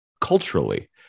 culturally